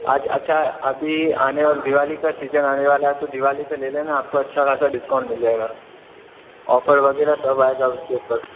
आज अच्छा अभी आने वाला दिवाली का सीज़न आने वाला है तो दिवाली पे ले लेना आपको अच्छा खासा डिसकाउंट मिल जाएगा ऑफर वगैरह सब आएगा उसके ऊपर